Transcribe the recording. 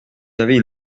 avez